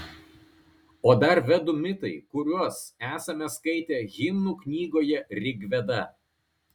o dar vedų mitai kuriuos esame skaitę himnų knygoje rigveda